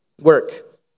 work